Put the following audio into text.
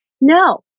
No